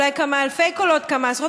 אולי כמה אלפי קולות,